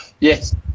Yes